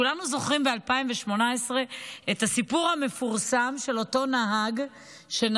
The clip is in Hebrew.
כולנו זוכרים את הסיפור המפורסם של אותו נהג ב-2018,